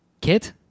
kit